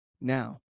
Now